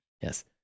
yes